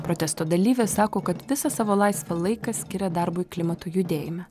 protesto dalyvė sako kad visą savo laisvą laiką skiria darbui klimato judėjime